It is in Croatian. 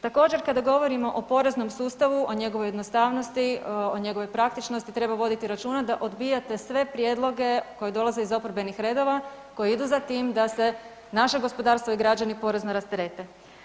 Također kada govorimo o poreznom sustavu, o njegovoj jednostavnosti, o njegovoj praktičnosti, treba voditi računa da odbijate sve prijedloge koji dolaze iz oporbenih redova, koji idu za tim da se naše gospodarstvo i građani porezno rasterete.